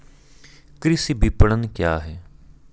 कृषि विपणन क्या है?